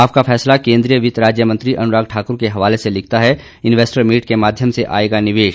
आपका फैसला केंद्रीय वित्त राज्य मंत्री अनुराग ठाकुर के हवाले से लिखता है इन्वेस्टर मीट के माध्यम से आएगा निवेश